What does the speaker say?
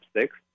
six